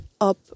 up